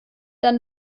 dann